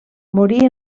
morí